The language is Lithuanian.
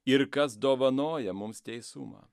ir kas dovanoja mums teisumą